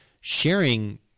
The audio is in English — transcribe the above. sharing